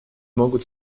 могут